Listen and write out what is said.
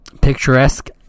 picturesque